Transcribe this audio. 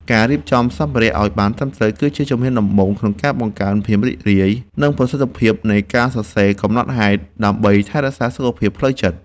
ការរៀបចំសម្ភារៈឱ្យបានត្រឹមត្រូវ គឺជាជំហានដំបូងក្នុងការបង្កើនភាពរីករាយ និងប្រសិទ្ធភាពនៃការសរសេរកំណត់ហេតុដើម្បីថែទាំសុខភាពផ្លូវចិត្ត។